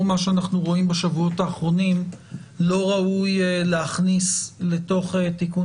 מה שאנחנו רואים בשבועות האחרונים לא ראוי להכניס לתוך תיקון